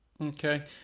Okay